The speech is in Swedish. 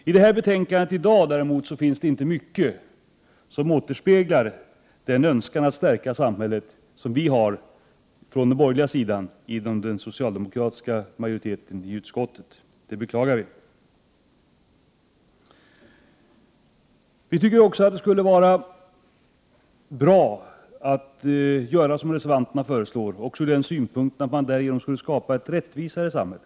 I det betänkande vi behandlar i dag finns inte mycket i det som framförs av den socialdemokratiska majoriteten i utskottet som återspeglar den önskan att stärka samhället som vi har från den borgerliga sidan. Det beklagar vi. Vi tycker att det skulle vara bra att göra som reservanterna föreslår, också ur den synpunkten att man därigenom skulle skapa ett rättvisare samhälle.